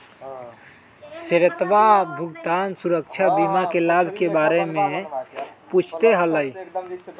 श्वेतवा भुगतान सुरक्षा बीमा के लाभ के बारे में पूछते हलय